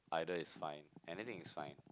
either is fine anything is fine